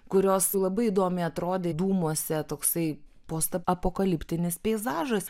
kurios labai įdomiai atrodė dūmuose toksai postapokaliptinis peizažas